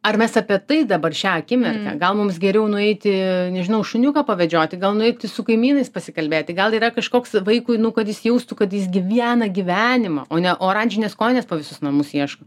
ar mes apie tai dabar šią akimirką gal mums geriau nueiti nežinau šuniuką pavedžioti gal nueiti su kaimynais pasikalbėti gal yra kažkoks vaikui nu kad jis jaustų kad jis gyvena gyvenimą o ne oranžinės kojinės po visus namus ieško